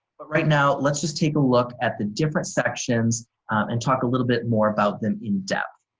but right now let's just take a look at the different sections and talk a little bit more about them in depth.